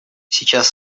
сейчас